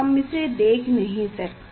हम इसे देख नहीं सकते